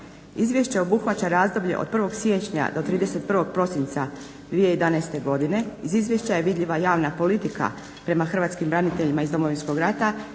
Izvješće obuhvaća razdoblje od 1. siječnja do 31. prosinca 2011. godine. Iz izvješća je vidljiva javna politika prema hrvatskim braniteljima iz Domovinskog rata